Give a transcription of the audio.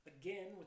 again